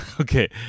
okay